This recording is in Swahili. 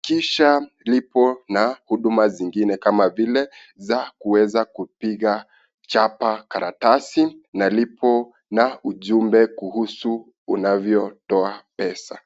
kisha lipo na huduma zingine kama vile za kuweza kupiga chapa karatasi na lipo na ujumbe kuhusu unavyo toa pesa.